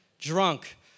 Drunk